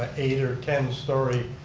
ah eight or ten-story